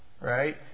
right